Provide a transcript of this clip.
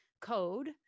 code